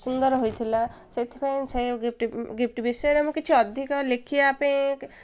ସୁନ୍ଦର ହୋଇଥିଲା ସେଥିପାଇଁ set gift ବିଷୟରେ ମୁଁ କିଛି ଅଧିକ ଲେଖିବା ପାଇଁ